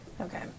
Okay